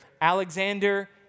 Alexander